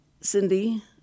Cindy